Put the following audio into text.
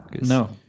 No